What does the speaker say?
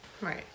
right